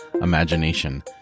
imagination